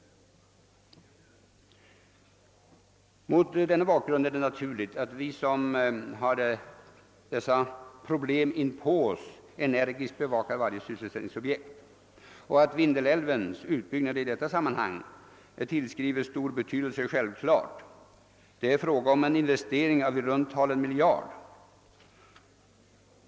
Mot denna bakgrund är det naturligt att vi, som har dessa problem inpå oss, energiskt bevakar varje sysselsättningsobjekt, och att Vindelälvens utbyggnad i detta sammanhang tillskrivs stor betydelse är självklart. Det är fråga om en investering av i runt tal en miljard kronor.